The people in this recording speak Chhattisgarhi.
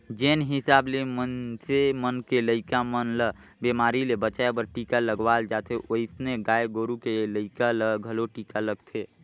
जेन हिसाब ले मनइसे मन के लइका मन ल बेमारी ले बचाय बर टीका लगवाल जाथे ओइसने गाय गोरु के लइका ल घलो टीका लगथे